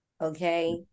okay